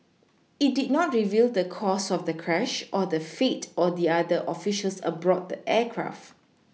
it did not reveal the cause of the crash or the fate of the other officials aboard the aircraft